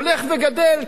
הולך וגדל,